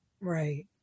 Right